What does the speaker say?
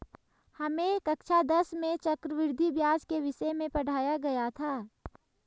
हमें कक्षा दस में चक्रवृद्धि ब्याज के विषय में पढ़ाया गया था